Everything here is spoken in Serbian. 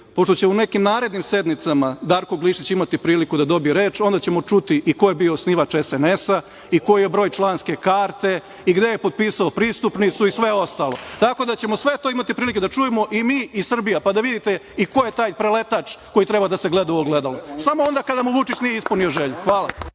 pošto će u nekim narednim sednicama Darko Glišić imati priliku da dobije reč, onda ćemo čuti i ko je bio osnivač SNS i koji je broj članske karte i gde je potpisao pristupnicu i sve ostalo, tako da ćemo sve to imati prilike da čujemo i mi i Srbija, pa da vidite i ko je taj preletač koji treba da se gleda u ogledalo, samo onda kada mu Vučić nije ispunio želju. Hvala.